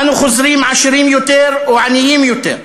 "אנו חוזרים עשירים יותר או עניים יותר,